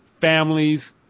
families